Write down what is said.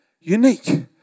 unique